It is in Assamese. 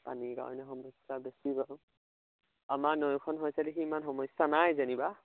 পানী কাৰণে সমস্যা বেছি বাৰু আমাৰ নৈখন হৈছে দেখি ইমান সমস্যা নাই যেনিবা